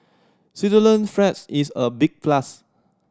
Switzerland's is a big plus